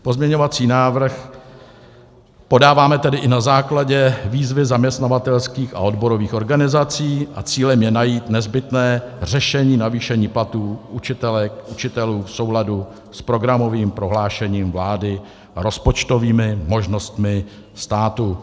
Pozměňovací návrh podáváme tedy i na základě výzvy zaměstnavatelských a odborových organizací a cílem je najít nezbytné řešení navýšení platů učitelek, učitelů v souladu s programovým prohlášením vlády a rozpočtovými možnostmi státu.